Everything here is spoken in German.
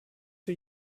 für